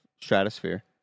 stratosphere